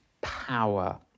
power